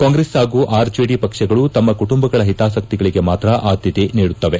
ಕಾಂಗ್ರೆಸ್ ಹಾಗೂ ಆರ್ಜೆಡಿ ಪಕ್ಷಗಳು ತಮ್ನ ಕುಟುಂಬಗಳ ಹಿತಾಸಕ್ತಿಗಳಿಗೆ ಮಾತ್ರ ಆದ್ಲತೆ ನೀಡುತ್ತವೆ